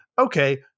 Okay